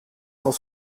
cent